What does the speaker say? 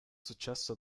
successo